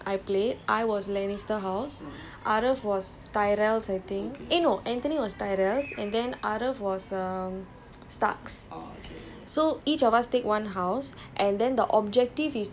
will be representing one house so for example that day when I played I was lannister house arav was tyrells I think eh no anthony was tyrells and then arav was um